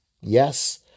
Yes